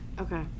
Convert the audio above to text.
okay